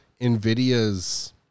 NVIDIA's